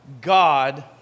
God